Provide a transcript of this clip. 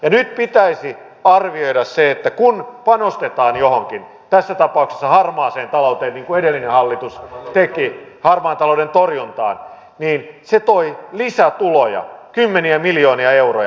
nyt pitäisi arvioida se että kun panostetaan johonkin tässä tapauksessa harmaan talouden torjuntaan niin kuin edellinen hallitus teki niin se toi lisätuloja kymmeniä miljoonia euroja